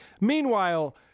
Meanwhile